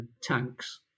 tanks